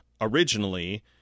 originally